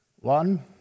One